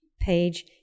page